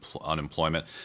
unemployment